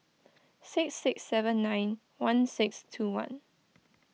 six six seven nine one six two one